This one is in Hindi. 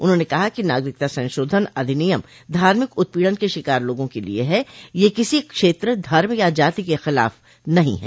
उन्होंने कहा कि नागरिकता संशोधन अधिनियम धार्मिक उत्पीड़न के शिकार लोगों के लिए है यह किसी क्षेत्र धर्म या जाति के खिलाफ नहीं है